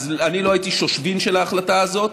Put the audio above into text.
אז אני לא הייתי שושבין של ההחלטה הזאת.